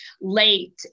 late